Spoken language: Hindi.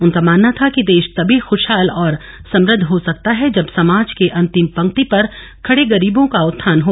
उनका मानना था कि देश तभी ख्रशहाल और समुद्ध हो सकता है जब समाज के अन्तिम पंक्ति पर खड़े गरीबों का उत्थान हो